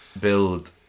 build